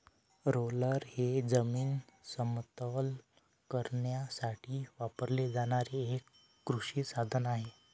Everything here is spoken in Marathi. रोलर हे जमीन समतल करण्यासाठी वापरले जाणारे एक कृषी साधन आहे